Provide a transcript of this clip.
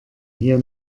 hier